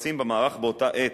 שמופצים במערך באותה עת.